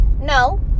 no